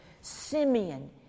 Simeon